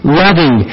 loving